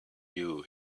you